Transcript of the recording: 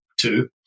two